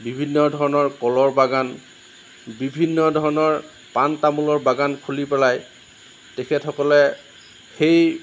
বিভিন্ন ধৰণৰ কলৰ বাগান বিভিন্ন ধৰণৰ পাণ তামোলৰ বাগান খুলি পেলাই তেখেতসকলে সেই